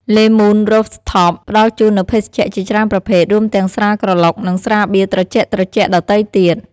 លេ មូន រូហ្វថប (Le Moon Rooftop) ផ្ដល់ជូននូវភេសជ្ជៈជាច្រើនប្រភេទ រួមទាំងស្រាក្រឡុក និងស្រាបៀរត្រជាក់ៗដទៃទៀត។